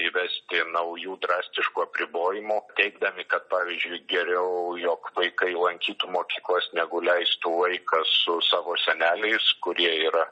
įvesti naujų drastiškų apribojimų teigdami kad pavyzdžiui geriau jog vaikai lankytų mokyklas negu leistų vaiką su savo seneliais kurie yra